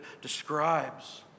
describes